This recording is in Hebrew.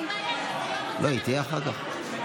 היא תהיה אחר כך.